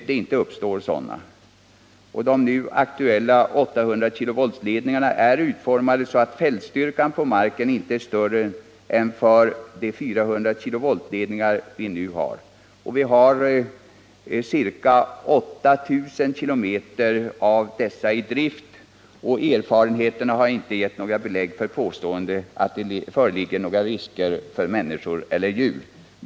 De nu aktuella 800-kV-ledningarna är utformade så att fältstyrkan på marken inte är större än för de 400-kV ledningar vi nu har. Vi har ca 8 000 km av dessa i drift, och erfarenheterna har inte gett belägg för påståenden om att det föreligger risk för människor och djur.